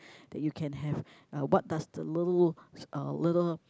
that you can have uh what does the little uh little